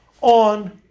on